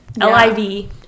l-i-v